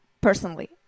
personally